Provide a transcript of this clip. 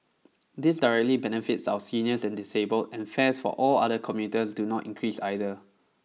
this directly benefits our seniors and disabled and fares for all other commuters do not increase either